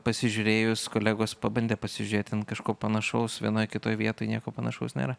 pasižiūrėjus kolegos pabandė pasižiūrėti ten kažko panašaus vienoj kitoj vietoj nieko panašaus nėra